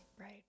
right